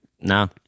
No